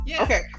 Okay